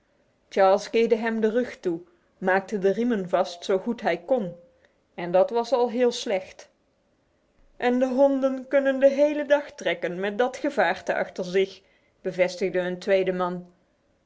charles keerde hem de rug toe maakte de riemen vast zo goed hij kon en dat was al heel slecht en de honden kunnen de hele dag trekken met dat gevaarte achter zich bevestigde een tweede man